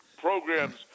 programs